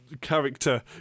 character